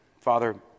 Father